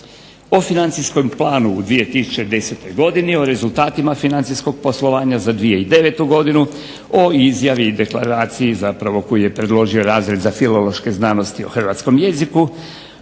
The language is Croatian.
O financijskom planu u 2010. godini, o rezultatima financijskog poslovanja za 2009. godinu, o izjavi i deklaraciji koju je predložio razred za Filološke znanosti o hrvatskom jeziku,